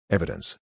Evidence